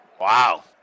Wow